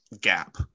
gap